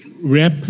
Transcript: rep